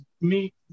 meet